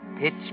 Pitch